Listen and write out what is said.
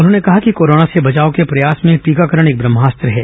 उन्होंने कहा कि कोरोना से बचाव के प्रयास में टीकाकरण एक ब्रम्हास्त्र है